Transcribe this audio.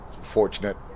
fortunate